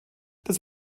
das